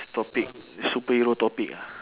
topic superhero topic ah